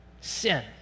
Sin